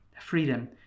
freedom